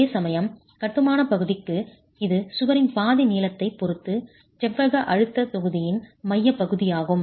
அதேசமயம் கட்டுமான பகுதிக்கு இது சுவரின் பாதி நீளத்தை பொறுத்து செவ்வக அழுத்தத் தொகுதியின் மையப்பகுதியாகும்